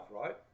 right